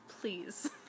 Please